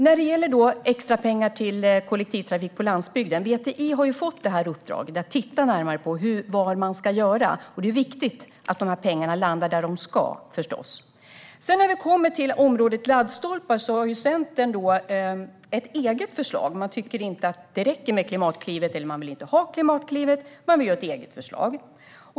När det gäller extrapengar till kollektivtrafik på landsbygden har VTI fått i uppdrag att titta närmare på vad man ska göra. Det är förstås viktigt att pengarna landar där de ska. När det gäller området laddstolpar har Centern ett eget förslag. Man tycker inte att det räcker med Klimatklivet, eller man vill inte ha det därför att man vill ha ett eget förslag.